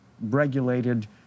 regulated